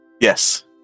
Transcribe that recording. Yes